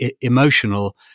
emotional